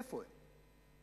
איפה הם?